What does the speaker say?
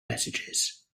messages